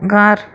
घर